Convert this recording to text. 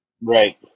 Right